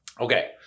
Okay